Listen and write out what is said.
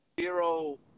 zero